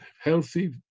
healthy